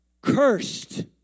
cursed